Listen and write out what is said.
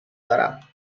دارم